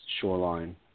shoreline